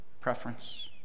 preference